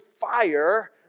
fire